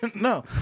No